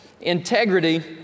integrity